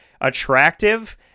attractive